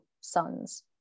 sons